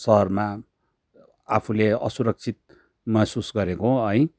सहरमा आफूले असुरक्षित महसुस गरेको है